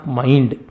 mind